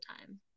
time